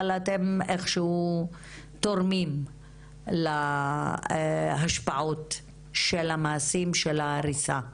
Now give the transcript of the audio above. אתם איכשהו תורמים להשפעות של המעשים של ההריסה.